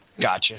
Gotcha